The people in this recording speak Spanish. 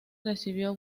recibió